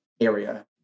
area